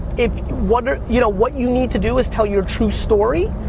if, what are, you know, what you need to do is tell your true story,